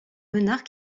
renard